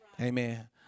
Amen